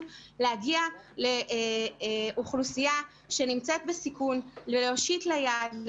להגיע לאוכלוסייה שנמצאת בסיכון ולהושיט לה יד.